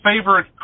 favorite